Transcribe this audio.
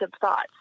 thoughts